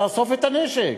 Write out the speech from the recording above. תאסוף את הנשק.